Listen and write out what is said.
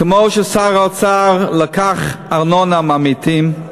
כמו ששר האוצר לקח ארנונה מהמתים,